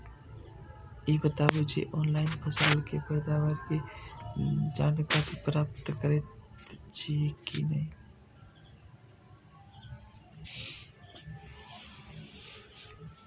ई बताउ जे ऑनलाइन फसल के पैदावार के जानकारी प्राप्त करेत छिए की नेय?